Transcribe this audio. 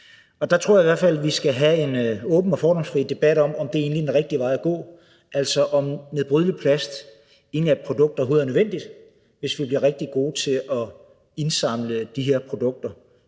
Der tror jeg i hvert fald, at vi skal have en åben og fordomsfri debat om, om det egentlig er den rigtige vej at gå, altså om nedbrydeligt plast er et produkt, der overhovedet er nødvendigt, hvis vi bliver rigtig gode til at indsamle de her produkter.